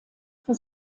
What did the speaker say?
für